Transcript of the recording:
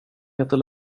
heter